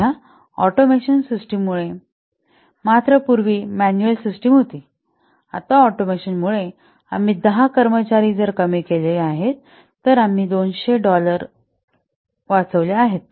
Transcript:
सध्या automation system मुळे पूर्वी मॅन्युअल होती आता ऑटोमेशन मुळे आम्ही दहा कर्मचारी कमी केले आहेत तर आम्ही २०० डॉलर वाचवले आहेत